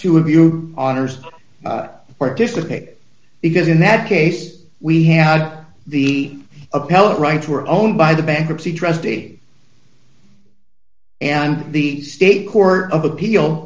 two of you authors participate because in that case we had the appellate rights were owned by the bankruptcy trustee and the state court of appeal